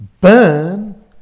burn